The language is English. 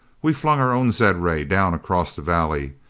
we flung our own zed-ray down across the valley.